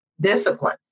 discipline